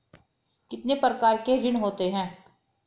कितने प्रकार के ऋण होते हैं?